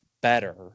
better